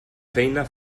feina